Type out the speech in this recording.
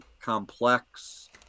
complex